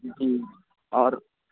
جی اور